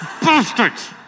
Bastards